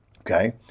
Okay